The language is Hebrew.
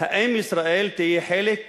האם ישראל תהיה חלק מהשלום,